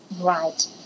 Right